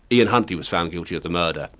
ian huntley was found guilty of the murder.